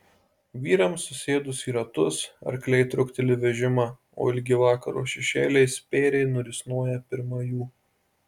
vyrams susėdus į ratus arkliai trukteli vežimą o ilgi vakaro šešėliai spėriai nurisnoja pirma jų